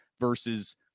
versus